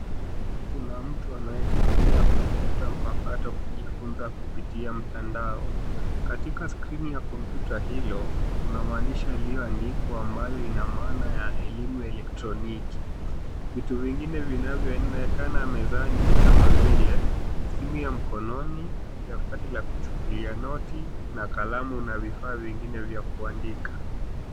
Kuna mtu anayetumia kompyuta mpakato kujifunza kupitia mtandao. Katika skirini ya kompyuta hilo kuna maandishi yaliyoandikwa ambayo ina maana ya elimu ya elektroniki. Vitu vingine vinavyoonekana mezani ni kama vile simu ya mkononi, daftari la kuchukulia noti na kalamu na vifaa vingine vya kuandika.